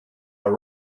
are